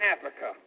Africa